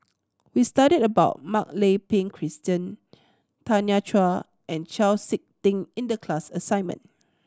we studied about Mak Lai Peng Christine Tanya Chua and Chau Sik Ting in the class assignment